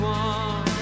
one